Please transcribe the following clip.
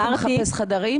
אתה מחפש חדרים?